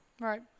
Right